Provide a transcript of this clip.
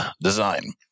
design